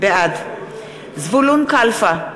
בעד זבולון קלפה,